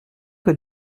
que